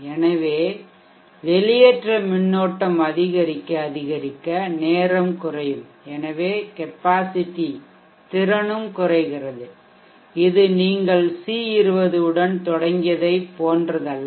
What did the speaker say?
எனவே வெளியேற்ற மின்னோட்டம் அதிகரிக்க அதிகரிக்க நேரம் குறையும் எனவே கெப்பாசிட்டி திறனும் குறைகிறது இது நீங்கள் C20 உடன் தொடங்கியதைப் போன்றதல்ல